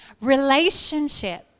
relationship